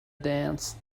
dance